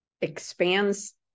expands